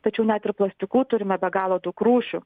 tačiau net ir plastikų turime be galo daug rūšių